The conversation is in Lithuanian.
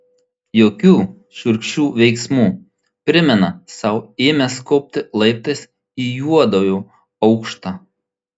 jokių šiurkščių veiksmų primena sau ėmęs kopti laiptais į juodojo aukštą